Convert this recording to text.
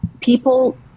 people